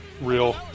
Real